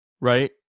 right